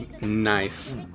Nice